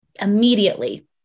immediately